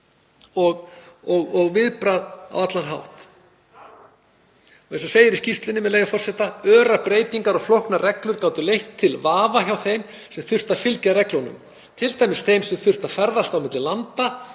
og viðbrögð á allan hátt. Eins og segir í skýrslunni, með leyfi forseta: „Örar breytingar og flóknar reglur gátu leitt til vafa hjá þeim sem þurftu að fylgja reglunum, t.d. þeim sem þurftu að ferðast á milli landa,